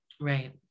right